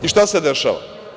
I šta se dešava?